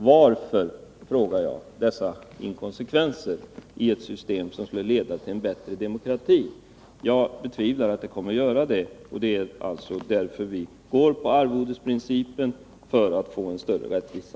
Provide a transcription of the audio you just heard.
Varför, frågar jag, har man dessa inkonsekvenser i ett system som skulle leda till en bättre demokrati? Jag betvivlar att det kommer att göra det. Vi går på arvodesprincipen för att få en större rättvisa.